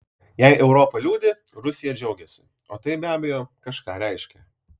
jei europa liūdi rusija džiaugiasi o tai be abejo kažką reiškia